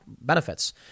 benefits